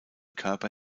körper